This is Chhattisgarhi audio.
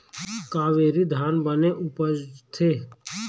कावेरी धान बने उपजथे?